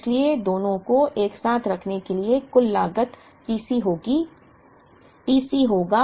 इसलिए दोनों को एक साथ रखने के लिए कुल लागत T C होगी